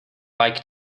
like